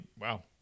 wow